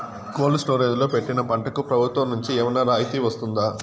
Cold storage లో పెట్టిన పంటకు ప్రభుత్వం నుంచి ఏమన్నా రాయితీ వస్తుందా?